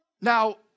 Now